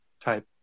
type